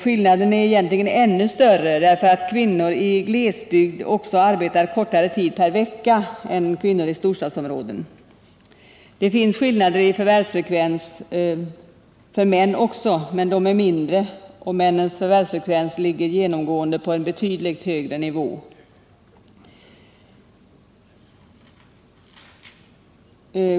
Skillnaden är egentligen större, därför att kvinnor i glesbygd också arbetar kortare tid per vecka än kvinnor i storstadsområden. När det gäller män finns det också skillnader i förvärvsfrekvens, men den är mindre och deras förvärvsfrekvens ligger genomgående på en betydligt högre nivå.